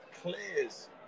clears